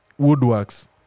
woodworks